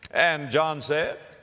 and john said,